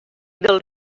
del